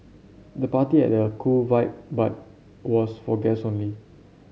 the party had a cool vibe but was for guess only